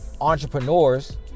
entrepreneurs